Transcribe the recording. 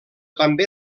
també